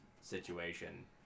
situation